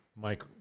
Mike